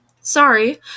Sorry